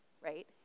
right